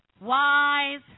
wise